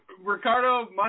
Ricardo